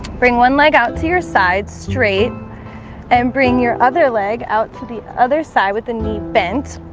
bring one leg out to your side straight and bring your other leg out to the other side with the knee bent